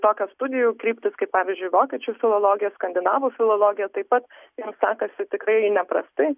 tokios studijų kryptys kaip pavyzdžiui vokiečių filologija skandinavų filologija taip pat jiem sekasi tikrai neprastai